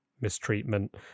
mistreatment